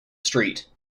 street